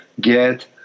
get